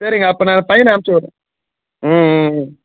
சரிங்க அப்போ நான் என் பையனை அனுப்பிச்சு விட்றேன் ம் ம் ம்